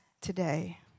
today